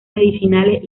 medicinales